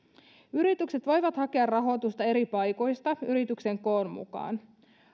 yritykset voivat hakea rahoitusta eri paikoista yrityksen koon mukaan